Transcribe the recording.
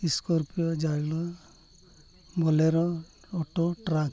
Scorpio Xylo Bolero auto truck